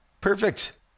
Perfect